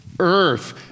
earth